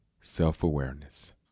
Self-Awareness